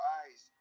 eyes